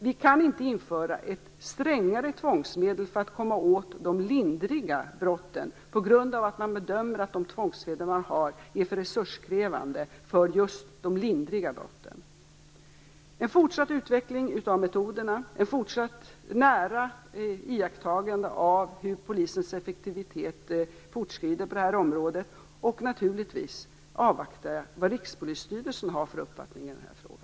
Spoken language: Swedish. Vi kan inte införa ett strängare tvångsmedel för att komma åt de lindriga brotten på grund av att man bedömer att de tvångsmedel man har är för resurskrävande för just de lindriga brotten. Det som gäller är en fortsatt utveckling av metoderna och ett fortsatt nära iakttagande av hur polisens effektivitet fortskrider på detta område. Naturligtvis avvaktar jag vad Rikspolisstyrelsen har för uppfattning i denna fråga.